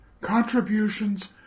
Contributions